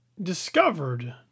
discovered